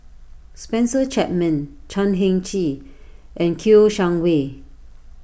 Spencer Chapman Chan Heng Chee and Kouo Shang Wei